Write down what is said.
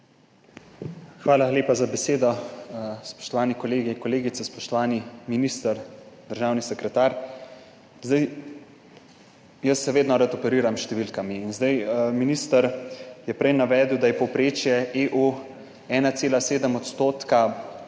Hvala lepa za besedo, spoštovani kolegi in kolegice. Spoštovani minister, državni sekretar. Zdaj, jaz se vedno rad operiram s številkami in zdaj, minister je prej navedel, da je povprečje EU 1,7 odstotka